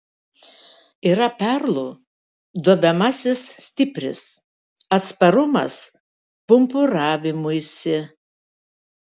yra perlų duobiamasis stipris atsparumas pumpuravimuisi